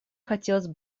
хотелось